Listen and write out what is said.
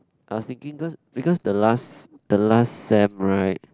I was thinking because because the last the last sem right